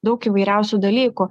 daug įvairiausių dalykų